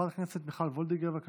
חברת הכנסת מיכל וולדיגר, בבקשה.